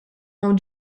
hawn